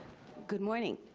good morning.